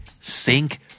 Sink